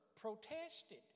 protested